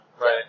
Right